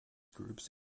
groups